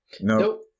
Nope